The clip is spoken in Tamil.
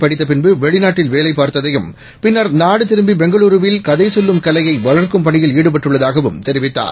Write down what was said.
படித்தபின்பு வெளிநாட்டில்வேலைபார்த்ததையும் பின்னர் நாடுதிரும்பிபெங்களூருவில்கதைசொல்லும்கலையைவளர்க் கும்பணியில்ஈடுபட்டுள்ளதாகவும்தெரிவித்தார்